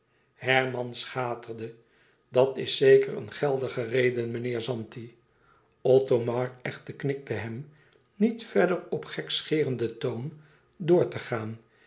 herman schaterde dàt is zeker een geldige reden meneer zanti othomar echter knikte hem niet verder op gekscheerenden toon door te gaan